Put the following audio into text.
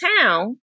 town